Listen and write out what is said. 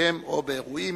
משפחותיהם או באירועים